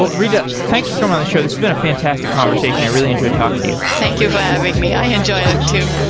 but rita, thanks for coming on the show. this has been a fantastic conversation. i really enjoyed talking to you thank you for having me. i enjoyed it too